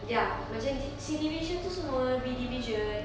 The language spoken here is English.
ya macam C division itu semua B division